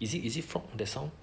is it is it from the sound